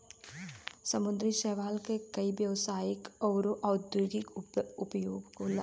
समुंदरी शैवाल के कई व्यवसायिक आउर औद्योगिक उपयोग होला